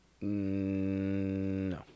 No